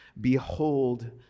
Behold